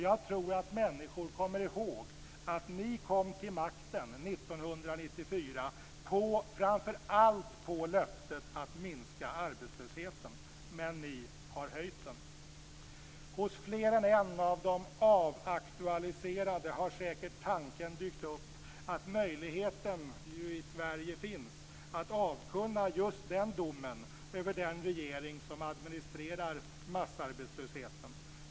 Jag tror att människor kommer ihåg att ni 1994 kom till makten framför allt på löftet att minska arbetslösheten, men ni har höjt den. Hos fler än en av de avaktualiserade har säkert tanken dykt upp att möjligheten finns i Sverige att avkunna just den domen över den regering som administrerar massarbetslösheten.